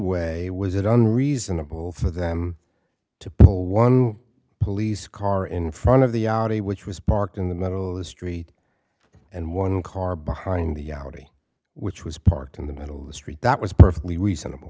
way was it an reasonable for them to pull one police car in front of the audi which was parked in the middle of the street and one car behind the audi which was parked in the middle of the street that was perfectly reasonable